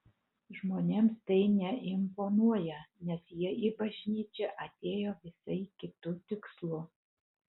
žmonėms tai neimponuoja nes jie į bažnyčią atėjo visai kitu tikslu